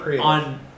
on